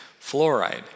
fluoride